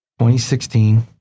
2016